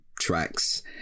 tracks